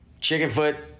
Chickenfoot